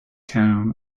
town